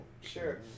Sure